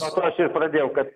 nuo to aš ir pradėjau kad